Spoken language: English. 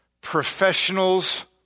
professionals